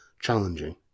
challenging